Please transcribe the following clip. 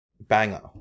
Banger